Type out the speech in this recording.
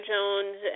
Jones